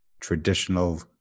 traditional